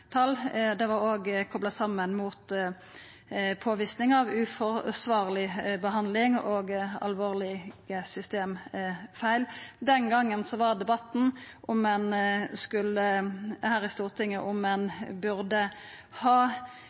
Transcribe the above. kopla saman med påvising av uforsvarleg behandling og alvorlege systemfeil. Den gongen var debatten her i Stortinget om ein burde ha